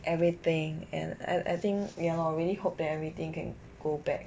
everything and I I think ya lor really hope everything can go back